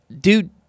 dude